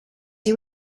you